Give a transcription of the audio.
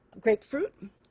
grapefruit